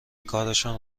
کارشون